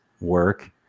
work